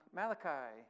malachi